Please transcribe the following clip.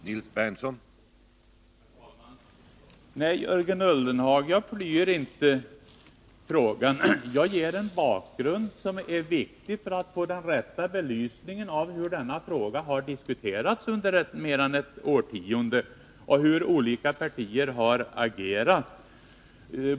Herr talman! Nej, jag flyr inte frågan, Jörgen Ullenhag. Jag ger en bakgrund som är viktig för att få den rätta belysningen av hur denna fråga har diskuterats under mer än ett årtionde och hur olika partier har agerat.